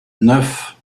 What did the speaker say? neuf